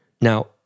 Now